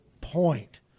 point